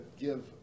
give